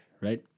right